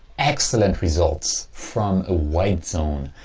excellent results from a white zone,